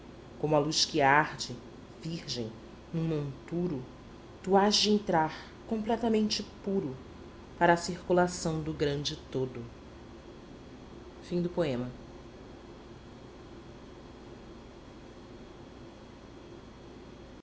como a luz que arde virgem num monturo tu hás de entrar completamente puro para a circulação do grande todo